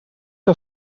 que